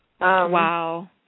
Wow